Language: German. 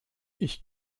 ich